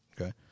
okay